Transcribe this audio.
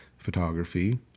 photography